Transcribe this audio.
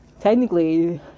technically